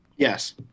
Yes